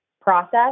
process